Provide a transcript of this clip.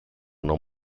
non